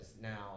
now